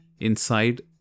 inside